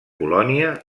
colònia